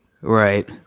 right